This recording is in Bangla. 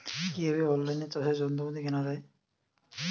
কিভাবে অন লাইনে চাষের যন্ত্রপাতি কেনা য়ায়?